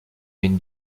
d’une